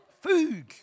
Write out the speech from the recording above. Food